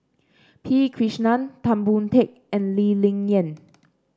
P Krishnan Tan Boon Teik and Lee Ling Yen